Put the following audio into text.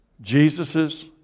Jesus's